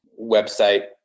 website